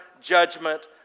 judgment